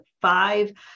five